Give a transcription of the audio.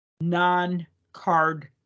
non-card